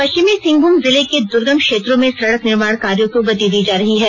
पश्चिमी सिंहभूम जिले के दुर्गम क्षेत्रों में सड़क निर्माण कार्यों को गति दी जा रही है